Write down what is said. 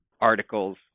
articles